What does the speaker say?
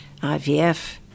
IVF